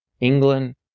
England